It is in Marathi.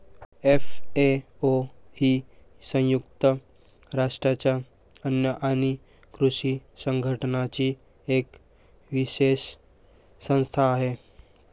एफ.ए.ओ ही संयुक्त राष्ट्रांच्या अन्न आणि कृषी संघटनेची एक विशेष संस्था आहे